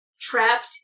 trapped